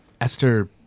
Esther